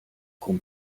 con